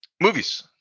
Movies